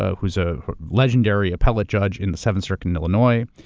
ah who's a legendary appellate judge in the seventh circuit in illinois.